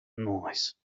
noise